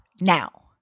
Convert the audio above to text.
now